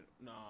No